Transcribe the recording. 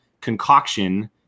concoction